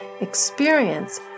experience